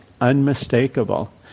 unmistakable